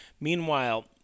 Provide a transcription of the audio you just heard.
Meanwhile